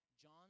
John